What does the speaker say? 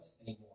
anymore